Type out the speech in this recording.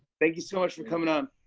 thank you so much for coming on.